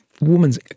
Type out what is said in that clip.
Woman's